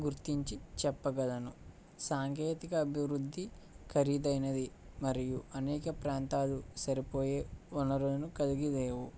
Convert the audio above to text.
గుర్తించి చెప్పగలను సాంకేతిక అభివృద్ధి ఖరీదైనది మరియు అనేక ప్రాంతాలు సరిపోయే వనరులను కలిగి లేవు